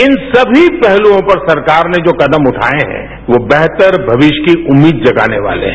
इन समी पहलुओं पर सरकार ने जो कदम उठाएं हैं वो बेहतर भविष्य की उम्मीद जगाने वाले हैं